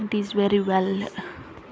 it is very well